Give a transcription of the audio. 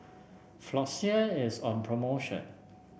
floxia is on promotion